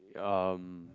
um